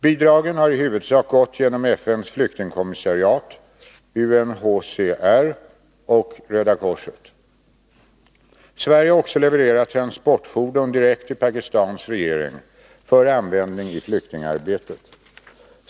Bidragen har i huvudsak gått genom FN:s flyktingkommissariat och Röda korset. Sverige har också levererat transportfordon direkt till Pakistans regering för användning i flyktingarbetet.